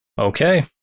Okay